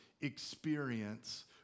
experience